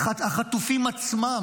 החטופים עצמם,